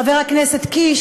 חבר הכנסת קיש,